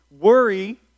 Worry